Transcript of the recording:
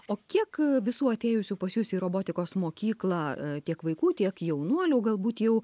o kiek visų atėjusių pas jus į robotikos mokyklą tiek vaikų tiek jaunuolių galbūt jau